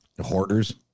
Hoarders